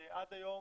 שעד היום